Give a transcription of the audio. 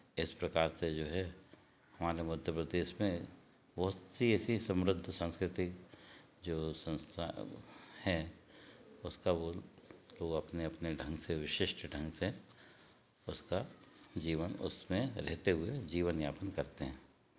इस प्रकार से जो है हमारे मध्य प्रदेश में बहुत सी ऐसी समृद्ध संस्कृति जो संस्था हैं उसका वो लोग अपने अपने ढंग से विशिष्ट ढंग से उसका जीवन उसमें रहते हुए जीवन यापन करते हैं